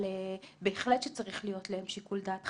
אבל בהחלט צריך להיות להם שיקול דעת.